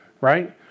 right